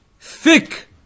thick